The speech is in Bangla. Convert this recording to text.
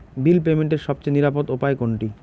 বিল পেমেন্টের সবচেয়ে নিরাপদ উপায় কোনটি?